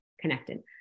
connected